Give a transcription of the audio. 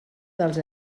dels